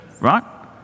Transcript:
right